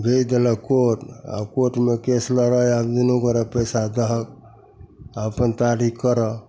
भेजि देलक कोर्ट आओर कोर्टमे केस लड़ऽ आओर दुनू गोरे पइसा दहक आओर अपन तारिख करऽ